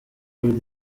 bigo